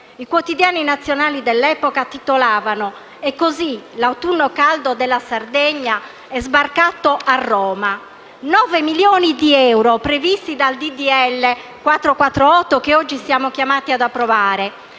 I quotidiani nazionali dell'epoca titolavano: «E così l'autunno caldo della Sardegna è sbarcato a Roma». I 9 milioni di euro previsti dal decreto-legge n. 44 del 2018, che oggi siamo chiamati ad approvare,